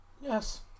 Yes